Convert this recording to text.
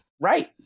Right